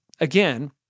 again